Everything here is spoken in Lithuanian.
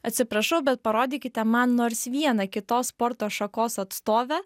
atsiprašau bet parodykite man nors vieną kitos sporto šakos atstovę